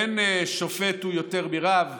אין: שופט הוא יותר מרב,